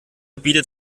bietet